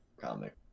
comic